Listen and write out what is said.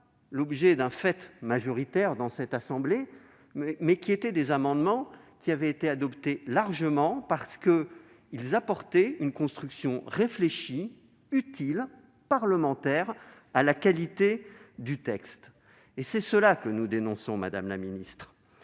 d'un fait majoritaire évident dans cette assemblée, mais qui avaient été adoptés largement parce qu'ils apportaient une construction réfléchie, utile, parlementaire à la qualité du texte. C'est cela que nous dénonçons, madame la ministre,